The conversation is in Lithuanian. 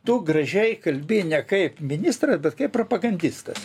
tu gražiai kalbi ne kaip ministras bet kaip propagandistas